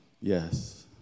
Yes